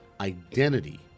Identity